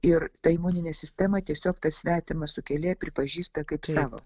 ir ta imuninė sistema tiesiog tą svetimą sukėlėją pripažįsta kaip savo